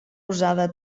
usada